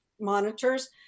monitors